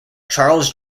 charles